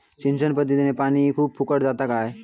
सिंचन पध्दतीत पानी खूप फुकट जाता काय?